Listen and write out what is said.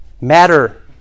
Matter